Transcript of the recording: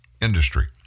industry